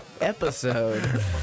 episode